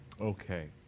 Okay